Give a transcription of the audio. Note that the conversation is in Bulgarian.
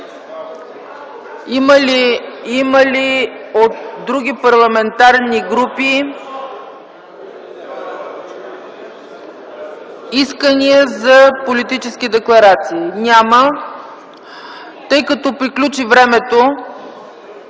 Има ли от други парламентарни групи искания за политически декларации? Няма. Тъй като приключи времето